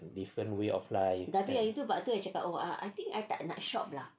different way of life